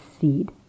seed